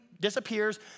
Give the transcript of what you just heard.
disappears